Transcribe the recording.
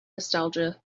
nostalgia